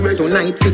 tonight